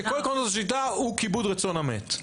שכל עקרון השיטה הוא כיבוד רצון המת.